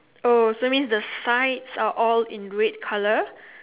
oh so you means the sides are all in red colour